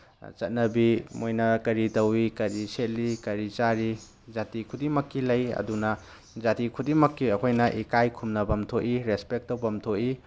ꯆꯠꯅꯕꯤ ꯃꯣꯏꯅ ꯀꯔꯤ ꯇꯧꯋꯤ ꯀꯔꯤ ꯁꯦꯠꯂꯤ ꯀꯔꯤ ꯆꯥꯔꯤ ꯖꯥꯇꯤꯈꯨꯗꯤꯡꯃꯛꯀꯤ ꯂꯩ ꯑꯗꯨꯅ ꯖꯥꯇꯤꯈꯨꯗꯤꯡꯃꯛꯀꯤ ꯑꯩꯈꯣꯏꯅ ꯏꯀꯥꯏ ꯈꯨꯝꯅꯐꯝ ꯊꯣꯛꯏ ꯔꯦꯁꯄꯦꯛ ꯇꯧꯐꯝ ꯊꯣꯛꯏ